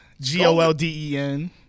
G-O-L-D-E-N